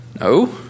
No